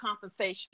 compensation